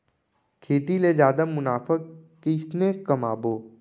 खेती ले जादा मुनाफा कइसने कमाबो?